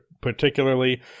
particularly